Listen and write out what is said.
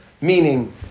meaning